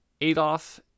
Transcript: Adolf